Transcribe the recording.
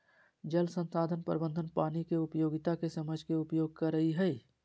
जल संसाधन प्रबंधन पानी के उपयोगिता के समझ के उपयोग करई हई